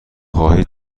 خواهید